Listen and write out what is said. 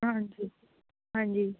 ਹਾਂਜੀ ਹਾਂਜੀ